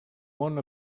món